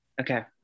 okay